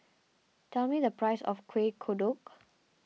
tell me the price of Kueh Kodok